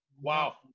wow